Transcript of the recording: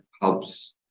helps